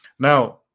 Now